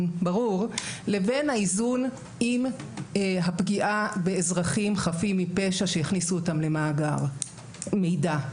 לבין האיזון עם הפגיעה באזרחים חפים מפשע שהכניסו אותם למאגר מידע.